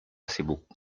sibuk